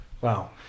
Wow